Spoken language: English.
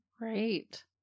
Right